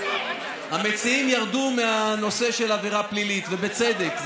המציעים ירדו מהנושא של עבירה פלילית, ובצדק.